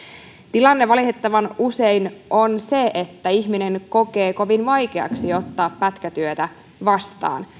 tilanne valitettavan usein on se että ihminen kokee kovin vaikeaksi ottaa vastaan pätkätyötä